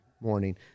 Morning